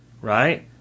right